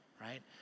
Right